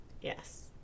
Yes